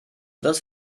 das